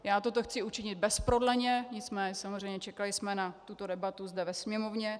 Já toto chci učinit neprodleně, nicméně samozřejmě čekali jsme na tuto debatu zde ve Sněmovně.